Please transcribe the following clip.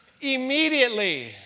immediately